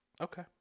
Okay